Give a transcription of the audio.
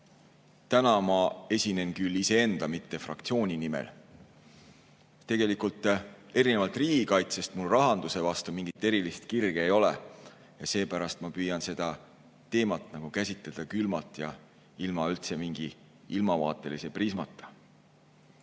Täna ma esinen iseenda, mitte fraktsiooni nimel. Erinevalt riigikaitsest mul tegelikult rahanduse vastu mingit erilist kirge ei ole ja seepärast ma püüan seda teemat käsitleda külmalt ja ilma mingi ilmavaatelise prismata.